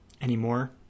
anymore